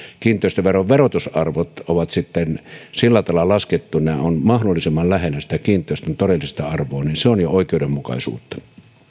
kiinteistöveron verotusarvot on laskettu sillä tavalla että ne ovat mahdollisimman lähellä kiinteistön todellista arvoa se on jo oikeudenmukaisuutta